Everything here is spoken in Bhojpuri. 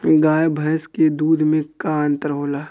गाय भैंस के दूध में का अन्तर होला?